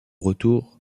retour